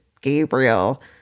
Gabriel